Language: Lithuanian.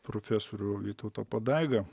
profesorių vytautą padaigą